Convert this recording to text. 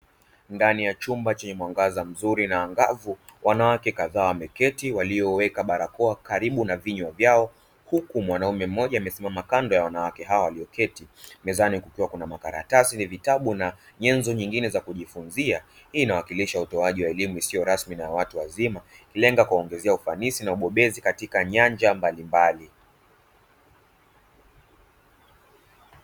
Ndani ya chumba chenye mwangaza mzuri na angavu, wanawake kadhaa wameketi walioweka barakoa karibu na vinywa vyao, huku mwanaume mmoja amesimama kando ya wanawake hao walioketi, mezani kukiwa na makaratasi na vitabu na nyenzo zingine za kujifunzia. Hii inawakilisha utoaji wa elimu isiyo rasmi na ya watu wazima, ikilenga kuwaongezea ufanisi na ubobezi katika nyanja mbalimbali.